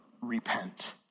repent